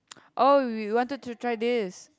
oh we wanted to try this